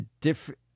different